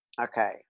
Okay